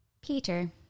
Peter